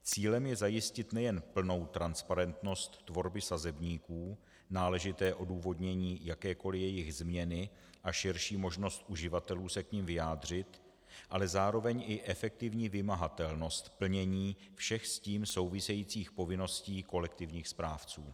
Cílem je zajistit nejen plnou transparentnost tvorby sazebníků, náležité odůvodnění jakékoli její změny a širší možnost uživatelů se k nim vyjádřit, ale zároveň i efektivní vymahatelnost plnění všech s tím souvisejících povinností kolektivních správců.